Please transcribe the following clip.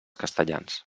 castellans